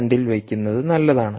2ൽ വെക്കുന്നത് നല്ലതാണ്